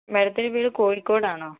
മേഡത്തിന്റെ വീട് കോഴിക്കോട് ആണോ